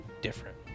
different